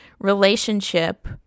relationship